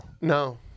no